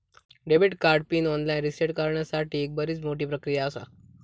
debit card PIN online reset करण्यासाठीक बरीच मोठी प्रक्रिया आसा